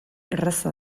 erraza